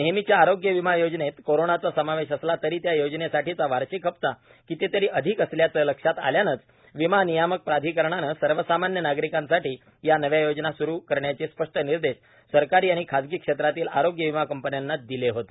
नेहमीच्या आरोग्य विमा योजनेत कोरोनाचा समावेश असला तरी त्या योजनेसाठीचा वार्षिक हप्ता कितीतरी अधिक असल्याचं लक्षात आल्यानेच विमा नियामक प्राधिकरणाने सर्वसामान्य नागरिकांसाठी या नव्या योजना सुरु करण्याचे स्पष्ट निर्देश सरकारी आणि खासगी क्षेत्रातील आरोग्य विमा कंपन्यांना दिले होते